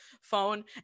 phone